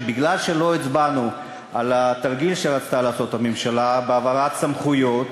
שמכיוון שלא הצבענו על התרגיל שרצתה לעשות הממשלה בהעברת סמכויות,